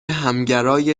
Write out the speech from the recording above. همگرای